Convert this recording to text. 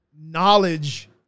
knowledge